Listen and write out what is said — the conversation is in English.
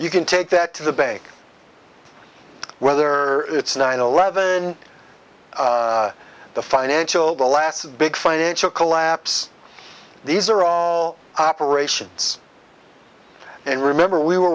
you can take that to the bank whether it's nine eleven the financial the last big financial collapse these are all operations and remember we were